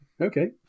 okay